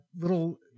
little